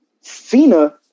Cena